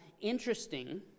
Interesting